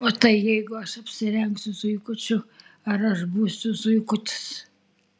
o tai jeigu aš apsirengsiu zuikučiu ar aš būsiu zuikutis